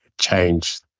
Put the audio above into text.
change